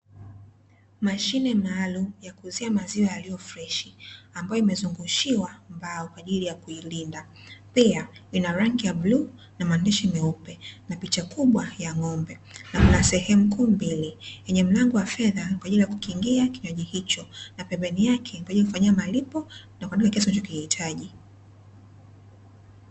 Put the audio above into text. Mashine maalumu ya kuuzia maziwa yaliyo freshi, ambayo imezungushiwa mbao kwa ajili ya kuilinda. Pia, ina rangi ya bluu na maandishi meupe, na picha kubwa ya ng'ombe. Na kuna sehemu kuu mbili yenye mlango wa fedha kwa ajili ya kukingia kinywaji hicho, na pembeni yake kwa ajili ya kufanyia malipo, na kuandika kiasi unachokihitaji.